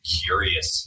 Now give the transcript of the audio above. curious